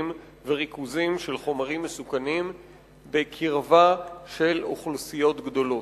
וריכוזים של חומרים מסוכנים בקרבה לאוכלוסיות גדולות.